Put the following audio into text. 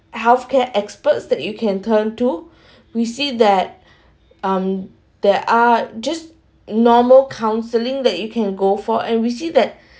healthcare experts that you can turn to we see that um there are just normal counselling that you can go for and we see that